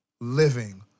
living